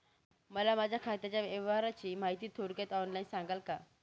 मला माझ्या खात्याच्या व्यवहाराची माहिती थोडक्यात ऑनलाईन सांगाल का?